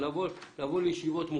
מה יש לי לעשות שם לבוא לישיבות מוכנות,